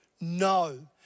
no